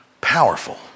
Powerful